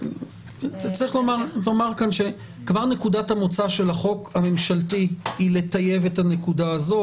צריך לומר שנקודת המוצא של החוק הממשלתי היא לטייב את הנקודה הזו,